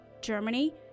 Germany